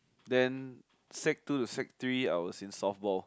then sec-two to Sec-Three I was in softball